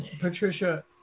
Patricia